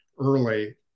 early